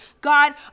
God